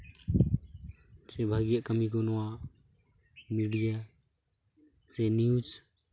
ᱥᱮ ᱵᱷᱟᱹᱜᱤᱭᱟᱜ ᱠᱟᱹᱢᱤ ᱠᱚ ᱱᱚᱣᱟ ᱢᱤᱰᱤᱭᱟ ᱥᱮ ᱱᱤᱭᱩᱡ